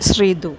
Sreethu